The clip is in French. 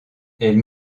elle